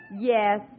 Yes